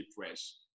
depressed